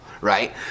right